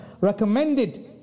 recommended